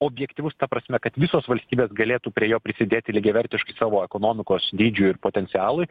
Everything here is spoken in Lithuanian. objektyvus ta prasme kad visos valstybės galėtų prie jo prisidėti lygiavertiškai savo ekonomikos dydžiui ir potencialui